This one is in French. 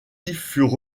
furent